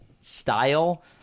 style